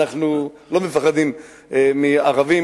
אנחנו לא מפחדים מערבים.